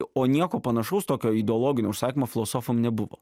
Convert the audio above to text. o nieko panašaus tokio ideologinio užsakymo filosofam nebuvo